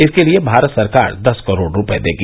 इसके लिये भारत सरकार दस करोड़ रूपये देगी